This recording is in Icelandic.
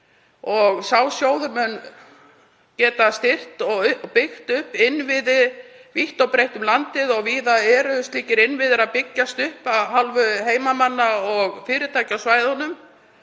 Sá sjóður mun geta styrkt og byggt upp innviði vítt og breitt um landið. Og víða eru slíkir innviðir að byggjast upp af hálfu heimamanna og fyrirtækja á svæðunum.